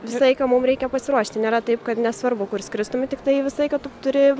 visą laiką mum reikia pasiruošti nėra taip kad nesvarbu kur skristum tiktai visą laiką tu turi